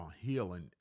healing